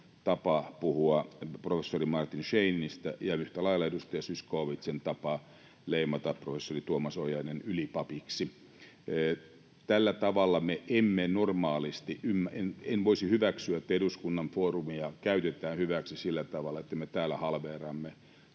tapa puhua professori Martin Scheininistä ja yhtä lailla edustaja Zyskowiczin tapa leimata professori Tuomas Ojanen ylipapiksi. Tällä tavalla me emme normaalisti... En voisi hyväksyä, että eduskunnan foorumia käytetään hyväksi sillä tavalla, että me täällä halveeraamme